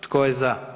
Tko je za?